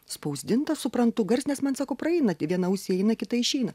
spausdintą suprantu garsinės man sako praeina vieną ausį įeina kitą išeina